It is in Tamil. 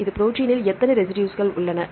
இந்த ப்ரோடீனில் எத்தனை ரெசிடுஸ்கள் உள்ளன